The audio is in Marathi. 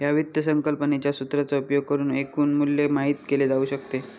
या वित्त संकल्पनेच्या सूत्राचा उपयोग करुन एकूण मूल्य माहित केले जाऊ शकते